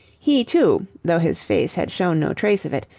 he, too, though his face had shown no trace of it,